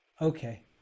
okay